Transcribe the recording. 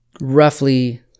Roughly